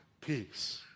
peace